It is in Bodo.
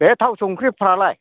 बे थाव संख्रिफोरालाय